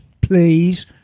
Please